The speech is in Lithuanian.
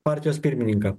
partijos pirmininką